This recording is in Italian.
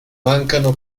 mancano